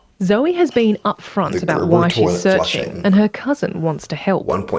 zoe has been upfront about why she's searching, and her cousin wants to help.